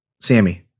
Sammy